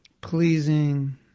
pleasing